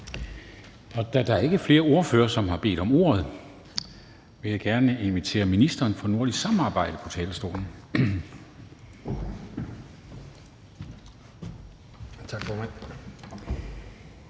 Da der ikke er flere, som har bedt om ordet, vil jeg gerne invitere ministeren for nordisk samarbejde på talerstolen.